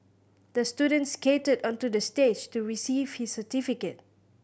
the student skated onto the stage to receive his certificate